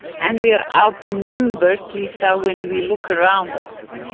and we're outnumbered lisa when we look around us.